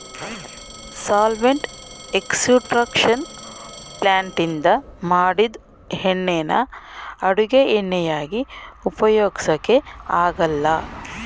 solvent extraction ಪ್ಲಾಂಟ್ನಿಂದ ಮಾಡಿದ್ ಎಣ್ಣೆನ ಅಡುಗೆ ಎಣ್ಣೆಯಾಗಿ ಉಪಯೋಗ್ಸಕೆ ಆಗಲ್ಲ